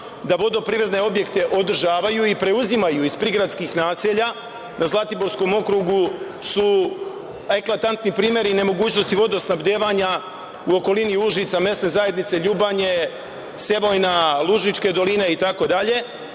da vodoprivredne objekte održavaju i preuzimaju iz prigradskih naselja. Na Zlatiborskom okrugu su eklatantni primeri nemogućnosti vodosnabdevanja u okolini Užica, mesne zajednice LJubanje, Sevojna, Lužičke dolina itd.